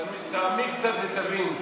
תעמיק קצת ותבין.